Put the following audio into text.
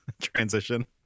transition